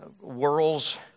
world's